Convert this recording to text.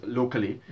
locally